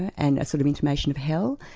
and a sort of intimation of hell.